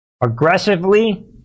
aggressively